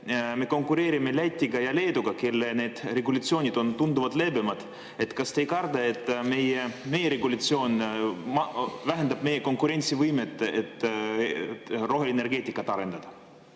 Me konkureerime Läti ja Leeduga, kellel on need regulatsioonid tunduvalt leebemad. Kas te ei karda, et meie regulatsioon vähendab meie konkurentsivõimet roheenergeetika arendamisel?